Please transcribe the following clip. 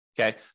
Okay